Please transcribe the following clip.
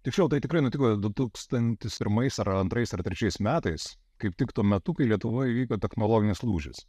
tiksliau tai tikrai nutiko du tūkstantis pirmais ar antrais ar trečiais metais kaip tik tuo metu kai lietuvoj įvyko technologinis lūžis